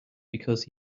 because